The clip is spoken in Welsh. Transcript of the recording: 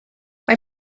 mae